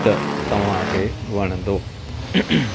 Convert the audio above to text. त तव्हांखे वणंदो